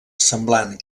semblant